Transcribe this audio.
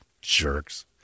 Jerks